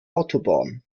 autobahn